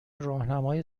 راهنمای